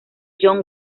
john